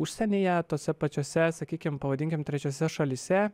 užsienyje tose pačiose sakykim pavadinkim trečiose šalyse